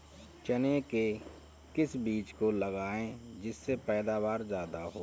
चने के किस बीज को लगाएँ जिससे पैदावार ज्यादा हो?